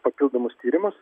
papildomus tyrimus